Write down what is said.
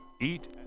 Eat